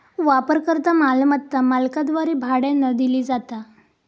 वापरकर्ता मालमत्ता मालकाद्वारे भाड्यानं दिली जाता